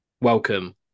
Welcome